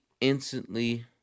instantly